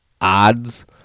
odds